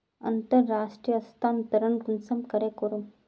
अंतर्राष्टीय स्थानंतरण कुंसम करे करूम?